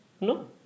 No